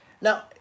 Now